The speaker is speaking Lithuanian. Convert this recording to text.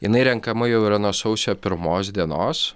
jinai renkama jau yra nuo sausio pirmos dienos